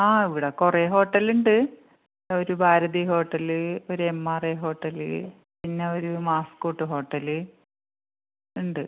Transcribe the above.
ആ ഇവിടെ കുറേ ഹോട്ടലുണ്ട് ഒരു ഭാരതി ഹോട്ടല് ഒരു എം ആർ എ ഹോട്ടല് പിന്നെ ഒരു മാസ്ക്കൂട്ട് ഹോട്ടല് ഉണ്ട്